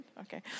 Okay